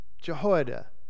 jehoiada